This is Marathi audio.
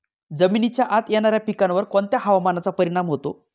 जमिनीच्या आत येणाऱ्या पिकांवर कोणत्या हवामानाचा परिणाम होतो?